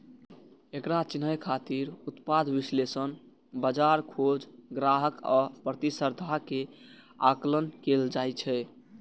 एकरा चिन्है खातिर उत्पाद विश्लेषण, बाजार खोज, ग्राहक आ प्रतिस्पर्धा के आकलन कैल जाइ छै